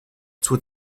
zur